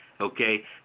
Okay